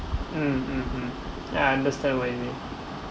mm mm mm yeah I understand what you mean